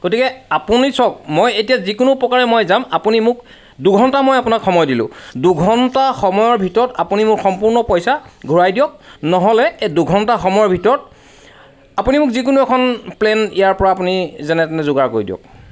গতিকে আপুনি চাওক মই এতিয়া যিকোনো প্ৰকাৰে মই যাম আপুনি মোক দুঘণ্টা মই আপোনাক সময় দিলো দুঘণ্টা সময়ৰ ভিতৰত আপুনি মোক সম্পূৰ্ণ পইচা ঘূৰাই দিয়ক নহ'লে এই দুঘণ্টা সময়ৰ ভিতৰত আপুনি মোক যিকোনো এখন প্লে'ন ইয়াৰ পৰা আপুনি যেনে তেনে যোগাৰ কৰি দিয়ক